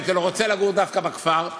אלא הוא רוצה לגור דווקא בכפר.